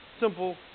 Simple